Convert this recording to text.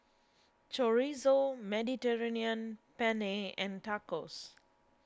Chorizo Mediterranean Penne and Tacos